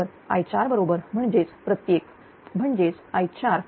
तर i4 बरोबर म्हणजेच प्रत्येक म्हणजेच i4